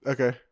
Okay